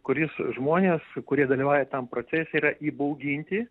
kuris žmonės kurie dalyvauja tam procese yra įbauginti